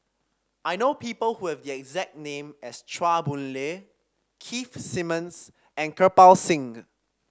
I know people who have the exact name as Chua Boon Lay Keith Simmons and Kirpal Singh